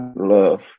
love